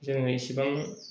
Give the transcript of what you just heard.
जोंङो इसिबां